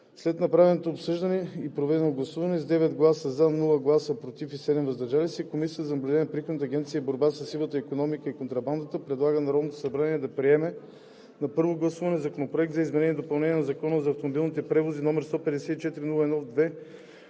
След направеното обсъждане и проведеното гласуване: с 9 гласа „за“, без „против“ и 7 гласа „въздържал се“, Комисията за наблюдение на приходните агенции и борба със сивата икономика и контрабандата предлага на Народното събрание да приеме на първо гласуване Законопроект за изменение и допълнение на Закона за автомобилните превози, № 154-01-2,